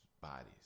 Bodies